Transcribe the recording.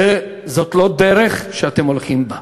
זאת לא דרך שאתם הולכים בה.